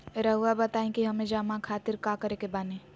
रहुआ बताइं कि हमें जमा खातिर का करे के बानी?